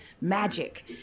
magic